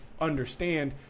understand